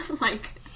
like-